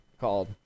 called